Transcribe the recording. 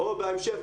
או בהמשך,